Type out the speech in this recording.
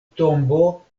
tombo